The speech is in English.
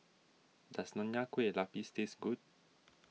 does Nonya Kueh Lapis taste good